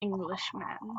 englishman